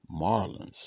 Marlins